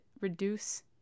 reduce